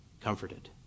comforted